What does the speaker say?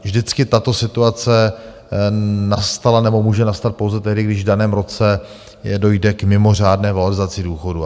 Vždycky tato situace nastala nebo může nastat pouze tehdy, když v daném roce dojde k mimořádné valorizaci důchodů.